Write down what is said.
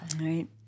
Right